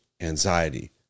anxiety